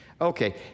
Okay